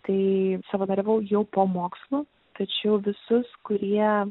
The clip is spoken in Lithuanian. tai savanoriavau jau po mokslų tačiau visus kurie